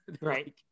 Right